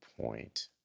point